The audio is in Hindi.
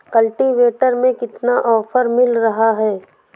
कल्टीवेटर में कितना ऑफर मिल रहा है?